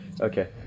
Okay